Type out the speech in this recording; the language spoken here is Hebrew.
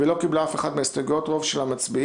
ולא קיבלה אף אחת מההסתייגויות רוב של המצביעים,